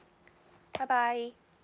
bye bye